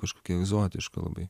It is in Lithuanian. kažkokia egzotiška labai